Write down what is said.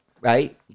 Right